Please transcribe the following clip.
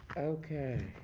ok.